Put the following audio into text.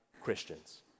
Christians